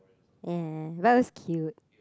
ya but it was cute